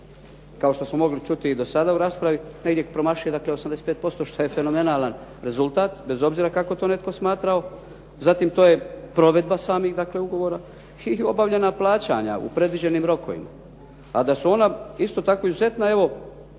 kao što smo mogli čuti i do sada u raspravi, negdje promašuje dakle 85%, što je fenomenalan rezultat, bez obzira kako to netko smatrao. Zatim to je provedba samih dakle ugovora i obavljena plaćanja u predviđenim rokovima. A da su ona isto tako izuzetna,